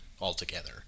altogether